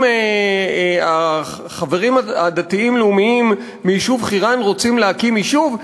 אם החברים הדתיים-לאומיים מהיישוב חירן רוצים להקים יישוב,